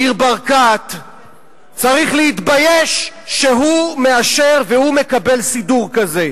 ניר ברקת צריך להתבייש שהוא מאשר והוא מקבל סידור כזה.